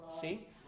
see